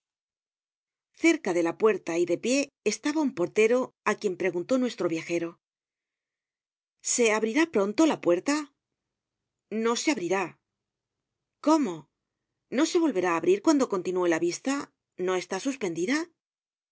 cerca de la puerta y de pie estaba un portero á quien preguntó nuestro viajero se abrirá pronto la puerta no se abrirá cómo no se volverá á abrir cuando continúe la vista no está suspendida